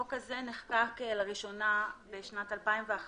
החוק הזה נחקק לראשונה בשנת 2011